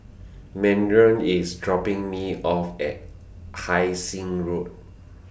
Marion IS dropping Me off At Hai Sing Road